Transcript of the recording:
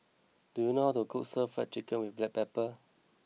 do you know how to cook Stir Fry Chicken with Black Pepper